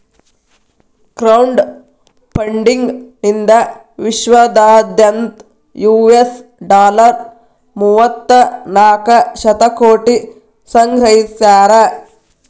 crowd funding ನಿಂದಾ ವಿಶ್ವದಾದ್ಯಂತ್ US dollar ಮೂವತ್ತನಾಕ ಶತಕೋಟಿ ಸಂಗ್ರಹಿಸ್ಯಾರ